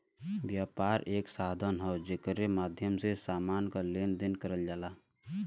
व्यापार एक साधन हौ जेकरे माध्यम से समान क लेन देन करल जाला